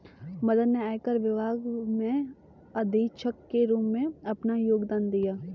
मदन ने आयकर विभाग में अधीक्षक के रूप में अपना योगदान दिया